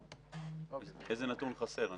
איזה נתון חסר?